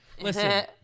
Listen